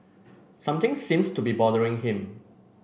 something seems to be bothering him